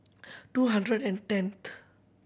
two hundred and tenth